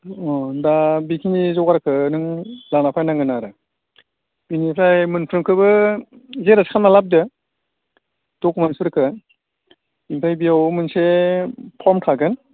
दा बिखिनि जगारखो नों लाना फायनांगोन आरो बिनिफ्राय मोनफ्रोमखोबो जेरस्क खालामना लाबोदो डकुमेन्ट्स फोरखो ओमफाय बेयाव मोनसे फर्म थागो